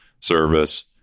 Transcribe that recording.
service